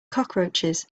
cockroaches